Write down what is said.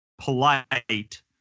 polite